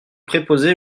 préposé